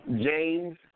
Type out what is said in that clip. James